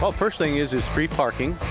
but first thing is is free parking,